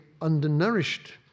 undernourished